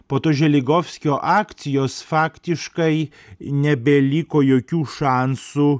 po tų želigovskio akcijos faktiškai nebeliko jokių šansų